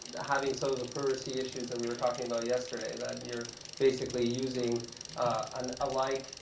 having some of the privacy issues that we were talking about yesterday? that you're basically using an alike